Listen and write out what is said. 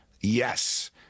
Yes